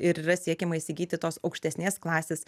ir yra siekiama įsigyti tos aukštesnės klasės